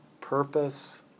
Purpose